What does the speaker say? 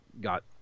got